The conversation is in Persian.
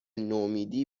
نومیدی